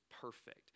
perfect